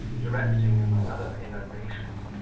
directing, among other innovations,